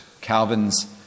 Calvin's